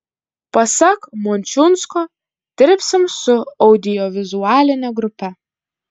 pasak mončiunsko dirbsim su audiovizualine grupe